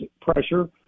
pressure